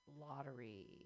Lottery